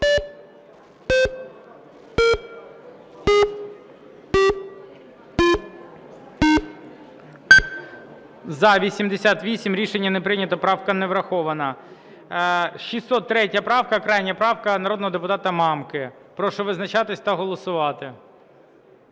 За-88 Рішення не прийнято. Правка не врахована. 603 правка, крайня правка народного депутата Мамки. Прошу визначатись та голосувати.